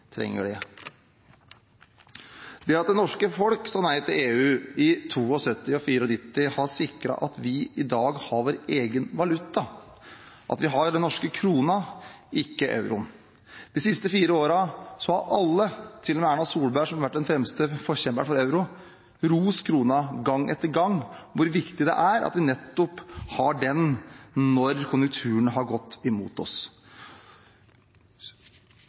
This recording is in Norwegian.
trenger det. At det norske folket sa nei til EU i 1972 og 1994, har sikret at vi i dag har vår egen valuta – at vi har den norske kronen, ikke euroen. De siste fire årene har alle – til og med Erna Solberg, som har vært den fremste forkjemperen for euroen – rost kronen gang etter gang, hvor viktig det er at vi nettopp har den når konjunkturen har gått imot oss.